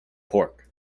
pork